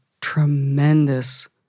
tremendous